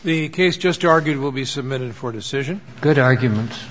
the case just argued will be submitted for decision good argument